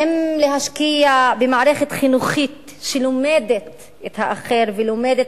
האם להשקיע במערכת חינוכית שלומדת את האחר ולומדת